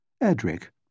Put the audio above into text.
Edric